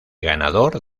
ganador